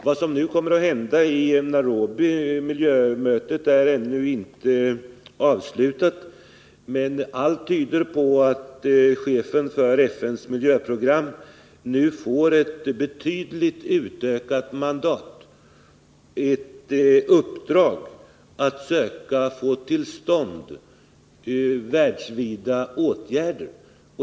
Vad som nu kommer att hända, vet vi inte säkert — miljömötet i Nairobi är ännu inte avslutat — men allt tyder på att chefen för FN:s miljöprogram nu får ett betydligt utökat mandat, ett uppdrag att söka få till stånd världsvida åtgärder.